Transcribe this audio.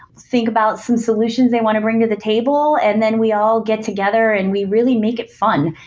think about some solutions they want to bring to the table, and then we all get together and we really make it fun,